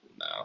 No